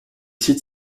sites